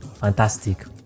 Fantastic